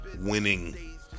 winning